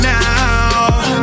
now